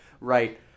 Right